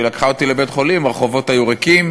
לקחה אותי לבית-חולים הרחובות היו ריקים,